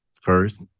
first